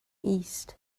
east